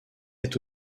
est